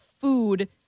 food